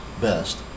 best